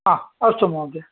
हा अस्तु महोदय